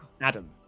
Adam